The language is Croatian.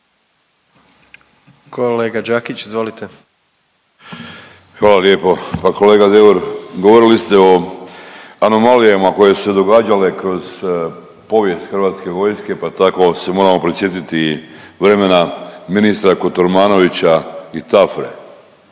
**Đakić, Josip (HDZ)** Hvala lijepo. Pa kolega Deur, govorili ste o anomalijama koje su se događale kroz povijest HV-a, pa tako se moramo prisjetit i vremena ministra Kotromanovića i Tafre,